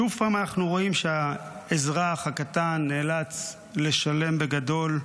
שוב אנחנו רואים שהאזרח הקטן נאלץ לשלם בגדול.